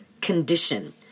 condition